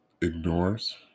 ignores